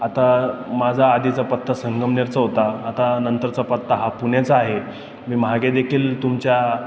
आता माझा आधीचा पत्ता संगमनेरचा होता आता नंतरचा पत्ता हा पुण्याचा आहे मी मागे देखील तुमच्या